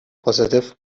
positive